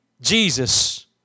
Jesus